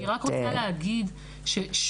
אני רק רוצה להגיד ששוב,